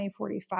2045